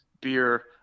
beer